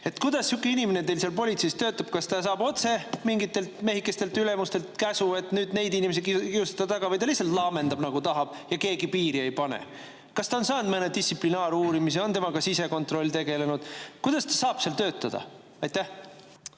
sihuke inimene teil seal politseis töötab? Kas ta saab otse mingitelt mehikestelt, ülemustelt, käsu, et nüüd tuleb neid inimesi taga kiusata, või ta lihtsalt laamendab, nagu tahab, ja keegi piiri ei pane? Kas ta on saanud mõne distsiplinaaruurimise? On sisekontroll temaga tegelenud? Kuidas ta saab seal töötada? Aitäh!